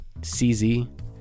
CZ